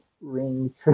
ring